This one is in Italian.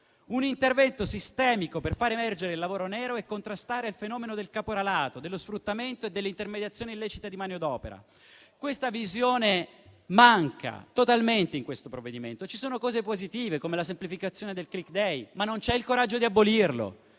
Un intervento sistemico per far emergere il lavoro nero e contrastare il fenomeno del caporalato, dello sfruttamento e dell'intermediazione illecita di manodopera. Questa visione manca totalmente in questo provvedimento. Ci sono cose positive, come la semplificazione del *click day*, ma non c'è il coraggio di abolirlo.